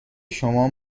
شما